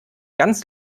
ganz